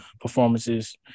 performances